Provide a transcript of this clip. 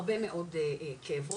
הרבה מאוד כאב ראש,